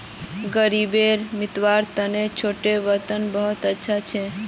ग़रीबीक मितव्वार तने छोटो वित्त बहुत अच्छा छिको